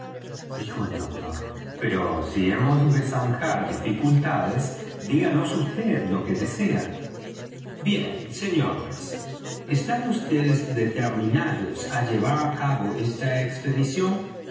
dijo el doctor pero si hemos de zanjar dificultades díganos vd lo que desea bien señores están vds determinados á llevar á cabo esta expedición